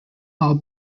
all